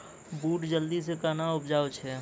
बूट जल्दी से कहना उपजाऊ छ?